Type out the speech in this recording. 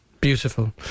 Beautiful